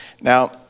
Now